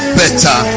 better